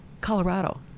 Colorado